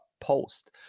post